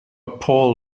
paul